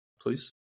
please